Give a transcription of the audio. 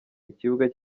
ikibuga